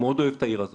מאוד אוהב את העיר הזו